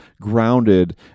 grounded